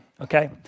Okay